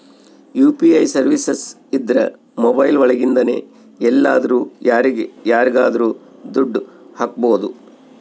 UPI services ಇದ್ರ mobile ಒಳಗಿಂದನೆ ಎಲ್ಲಾದ್ರೂ ಯಾರಿಗಾದ್ರೂ ದುಡ್ಡು ಹಕ್ಬೋದು